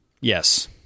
Yes